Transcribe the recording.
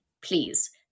please